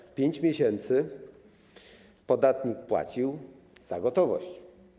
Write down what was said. Przez 5 miesięcy podatnik płacił za gotowość.